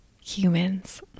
humans